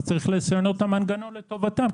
אז צריך לשנות את המנגנון לטובתם,